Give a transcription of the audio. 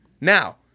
Now